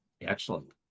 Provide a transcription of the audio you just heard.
Excellent